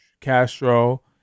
Castro